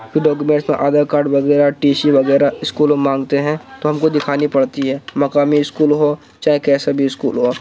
پھر ڈاکومینٹس میں آدھار کارڈ وغیرہ ٹی سی وغیرہ اسکول میں مانگتے ہیں تو ہم کو دکھانی پڑتی ہے مقامی اسکول ہو چاہے کیسا بھی اسکول ہو